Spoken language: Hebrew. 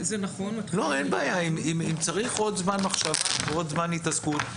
אם צריך עוד זמן מחשבה ועוד זמן התעסקות,